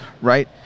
Right